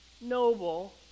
noble